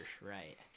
right